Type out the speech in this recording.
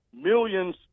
millions